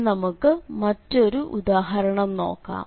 ഇനി നമുക്ക് മറ്റൊരു ഉദാഹരണം നോക്കാം